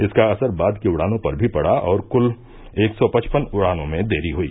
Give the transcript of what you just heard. इसका असर बाद की उड़ानों पर भी पड़ा और कुल एक सौ पचपन उड़ानों में देरी हुई